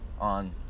On